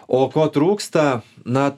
o ko trūksta na